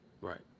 Right